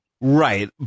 Right